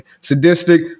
Sadistic